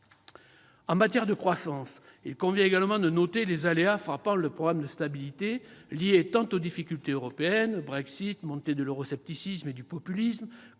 En matière de croissance, il convient également de noter les aléas frappant le programme de stabilité, liés aux difficultés tant européennes- Brexit, montée de l'euroscepticisme et du populisme